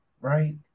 Right